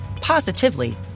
positively